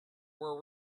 were